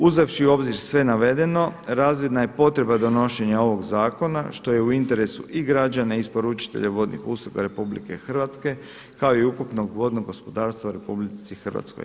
Uzevši u obzir sve navedeno razvidna je potreba donošenja ovog zakona što je u interesu i građana i isporučitelja vodnih usluga RH kao i ukupnog vodnog gospodarstva u RH.